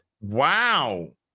Wow